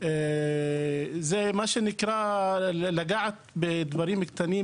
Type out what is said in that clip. זה מה שנקרא לגעת בדברים קטנים,